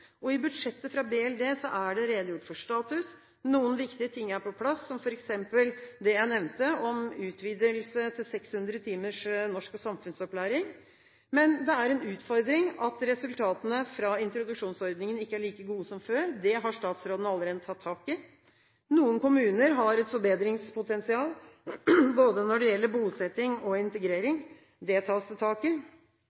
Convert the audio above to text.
I budsjettet fra BLD er det redegjort for status. Noen viktige ting er på plass, f.eks. det jeg nevnte om utvidelse til 600 timers norsk- og samfunnsopplæring, men det er en utfordring at resultatene fra introduksjonsordningen ikke er like gode som før. Det har statsråden allerede tatt tak i. Noen kommuner har et forbedringspotensial, både når det gjelder bosetting og